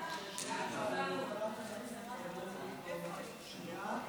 הרחבת הגדרת בן משפחה לעניין תקופת ההתיישנות